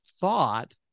thought